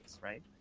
right